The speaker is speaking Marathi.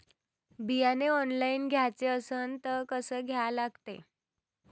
बियाने ऑनलाइन घ्याचे असन त कसं घ्या लागते?